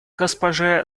госпоже